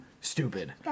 stupid